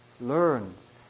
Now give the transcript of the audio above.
learns